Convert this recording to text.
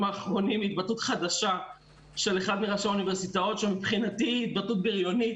האחרונים התבטאות של אחד מראשי האוניברסיטאות שמבחינתי היא התבטאות בריונית,